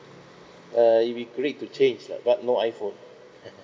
uh it'll be great to change that but no iphone